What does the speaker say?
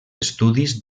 estudis